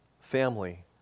family